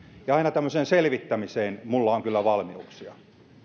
ja aina tämmöiseen selvittämiseen minulla on kyllä valmiuksia